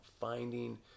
finding